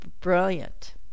brilliant